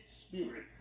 spirit